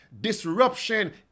disruption